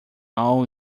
all